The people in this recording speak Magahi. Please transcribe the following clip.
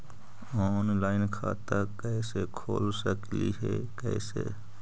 ऑनलाइन खाता कैसे खोल सकली हे कैसे?